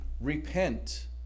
Repent